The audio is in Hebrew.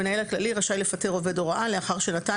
המנהל הכללי רשאי לפטר עובד הוראה לאחר שנתן